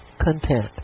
content